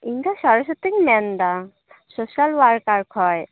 ᱤᱧᱫᱚ ᱥᱚᱨᱚᱥᱚᱛᱤᱧ ᱢᱮᱱᱫᱟ ᱥᱳᱥᱟᱞ ᱳᱣᱟᱨᱠᱟᱨ ᱠᱷᱚᱡ